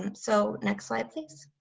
um so, next slide please.